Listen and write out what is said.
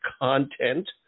content